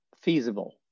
feasible